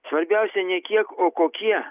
svarbiausia ne kiek o kokie